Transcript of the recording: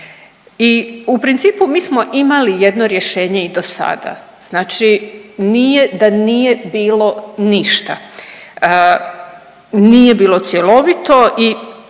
I u principu mi smo imali jedno rješenje i dosada, znači nije da nije bilo ništa, nije bilo cjelovito i